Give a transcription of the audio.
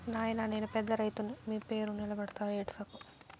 నాయినా నేను పెద్ద రైతుని మీ పేరు నిలబెడతా ఏడ్సకు